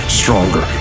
stronger